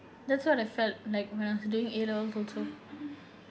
that's what I felt like when I was doing A levels also